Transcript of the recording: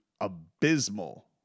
abysmal